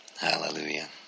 Hallelujah